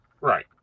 right